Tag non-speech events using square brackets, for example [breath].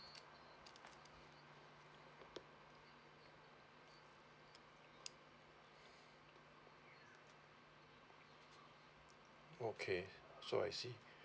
okay so I see [breath]